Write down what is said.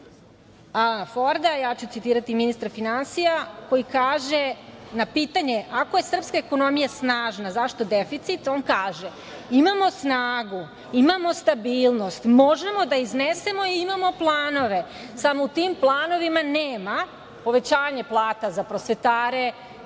Alana Forda, ja ću citirati ministra finansija, koji kaže na pitanje – ako je srpska ekonomija snažna, zašto deficit, on kaže: „Imamo snagu, imamo stabilnost, možemo da iznesemo, imamo planove“. Samo u tim planovima nema povećanje plata za prosvetare